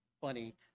funny